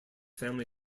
family